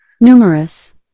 Numerous